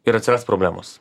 ir atsiras problemos